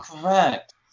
Correct